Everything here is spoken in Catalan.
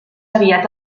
aviat